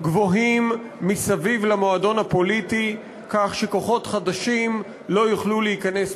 גבוהות מסביב למועדון הפוליטי כך שכוחות חדשים לא יוכלו להיכנס פנימה,